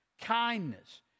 kindness